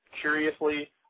curiously